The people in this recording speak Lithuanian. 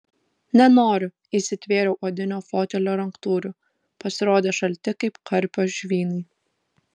nenoriu įsitvėriau odinio fotelio ranktūrių pasirodė šalti kaip karpio žvynai